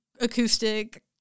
acoustic